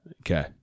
Okay